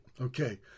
Okay